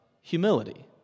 humility